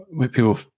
people